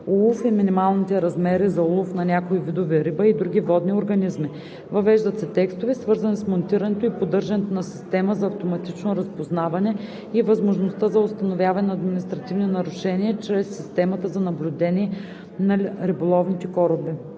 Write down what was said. улов и минималните размери за улов на някои видове риба и други водни организми. Въвеждат се текстове, свързани с монтирането и поддържането на система за автоматично разпознаване и възможността за установяване на административни нарушения чрез системата за наблюдение на риболовните кораби.